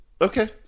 Okay